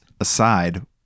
aside